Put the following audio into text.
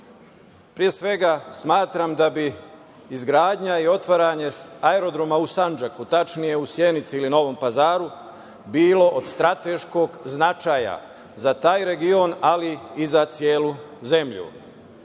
Pre svega, smatram da bi izgradnja i otvaranje aerodroma u Sandžaku, tačnije u Sjenici ili Novom Pazaru, bilo od strateškog značaja za taj region, ali i za celu zemlju.